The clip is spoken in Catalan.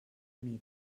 mida